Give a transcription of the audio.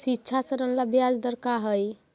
शिक्षा ऋण ला ब्याज दर का हई?